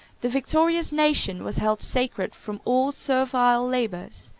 the victorious nation was held sacred from all servile labors,